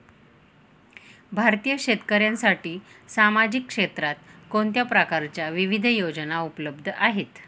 भारतीय शेतकऱ्यांसाठी सामाजिक क्षेत्रात कोणत्या प्रकारच्या विविध योजना उपलब्ध आहेत?